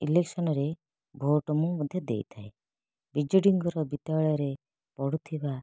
ଇଲେକ୍ସନରେ vote ମୁଁ ମଧ୍ୟ ଦେଇଥାଏ ବିଜେଡ଼ିଙ୍କର ବିଦ୍ୟାଳୟରେ ପଢ଼ୁଥିବା